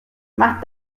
más